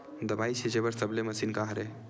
दवाई छिंचे बर सबले मशीन का हरे?